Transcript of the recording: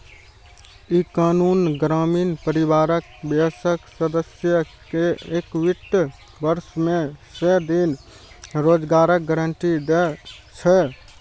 ई कानून ग्रामीण परिवारक वयस्क सदस्य कें एक वित्त वर्ष मे सय दिन रोजगारक गारंटी दै छै